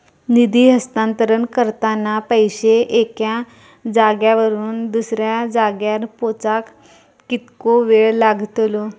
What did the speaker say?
निधी हस्तांतरण करताना पैसे एक्या जाग्यावरून दुसऱ्या जाग्यार पोचाक कितको वेळ लागतलो?